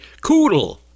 koodle